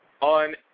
on